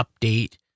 update